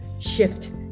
shift